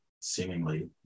seemingly